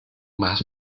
más